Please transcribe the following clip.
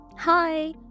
Hi